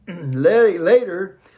Later